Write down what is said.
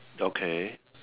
okay